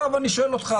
אני שואל אותך,